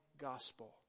gospel